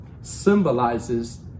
symbolizes